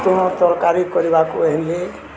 ତୁଣ ତରକାରୀ କରିବାକୁ ହେଲେ